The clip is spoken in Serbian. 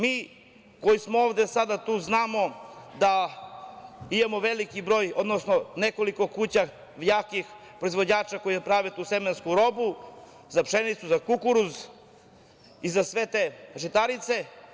Mi koji smo ovde sada tu znamo da imamo veliki broj, odnosno nekoliko kuća jakih proizvođača koje prave tu semensku robu za pšenicu za kukuruz i za sve te žitarice.